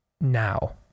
now